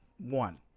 one